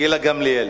גילה גמליאל.